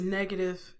negative